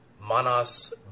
manas